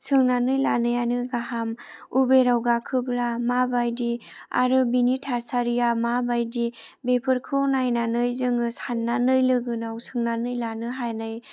सोंनानै लानायानो गाहाम उबेराव गाखोब्ला मा बायदि आरो बिनि थासारिया मा बायदि बेफोरखौ नायनानै जोङो साननानै लोगोनाव सोंनानै लानो हानाय